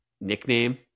nickname